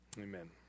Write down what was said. Amen